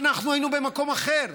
אנחנו היינו במקום אחר.